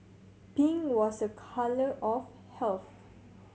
pink was a colour of health